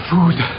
Food